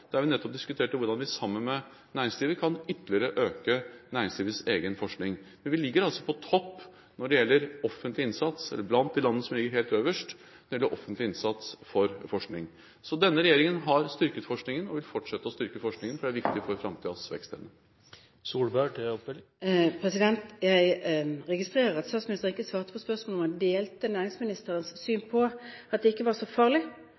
der vi nettopp diskuterte hvordan vi sammen med næringslivet ytterligere kan øke næringslivets egen forskning. Men vi ligger altså på topp når det gjelder offentlig innsats, eller blant de landene som ligger helt øverst når det gjelder offentlig innsats for forskning. Denne regjeringen har styrket forskningen og vil fortsette å styrke forskningen, for det er viktig for framtidens vekstevne. Jeg registrerer at statsministeren ikke svarte på spørsmålet om han delte næringsministerens syn når det gjelder at det ikke var så farlig